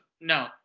no